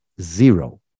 zero